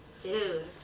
Dude